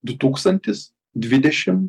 du tūkstantis dvidešim